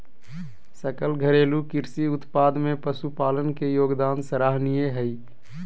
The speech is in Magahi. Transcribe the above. सकल घरेलू कृषि उत्पाद में पशुपालन के योगदान सराहनीय हइ